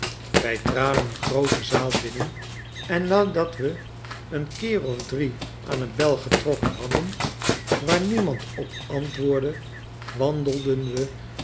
wij traden een groote zaal binnen en nadat we een keer of drie aan een bel getrokken hadden waar niemandopantwoordde wandelden we